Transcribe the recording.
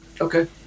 Okay